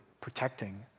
protecting